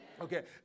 Okay